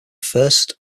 first